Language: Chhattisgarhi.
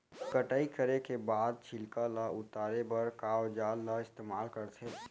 कटाई करे के बाद छिलका ल उतारे बर का औजार ल इस्तेमाल करथे?